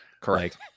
Correct